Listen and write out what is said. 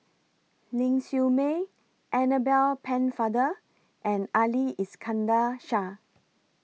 Ling Siew May Annabel Pennefather and Ali Iskandar Shah